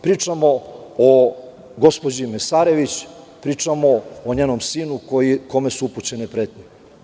Pričamo o gospođi Mesarević i pričamo o njenom sinu kome su upućene pretnje.